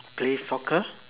play soccer